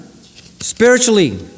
spiritually